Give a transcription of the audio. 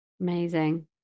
amazing